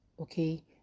okay